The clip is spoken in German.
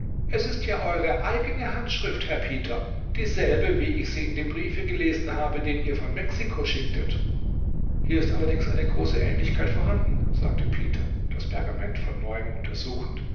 es ist ja eure eigene handschrift herr peter dieselbe wie ich sie in dem briefe gelesen habe den ihr mir von mexiko schicktet hier ist allerdings eine große ähnlichkeit vorhanden sagte peter das pergament von neuem untersuchend